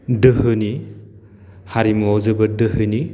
धोहोनि हारिमुवाव जोबोर दोहोनि